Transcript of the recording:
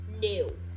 new